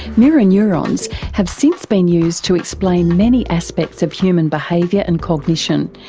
mirror neurons have since been used to explain many aspects of human behaviour and cognition,